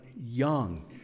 young